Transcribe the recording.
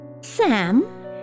Sam